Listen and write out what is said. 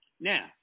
now